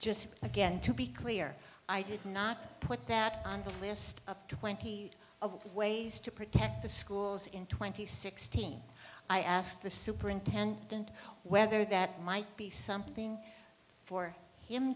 just again to be clear i did not put that on the list up to plenty of ways to protect the schools in twenty sixteen i asked the superintendent whether that might be something for him